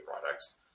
products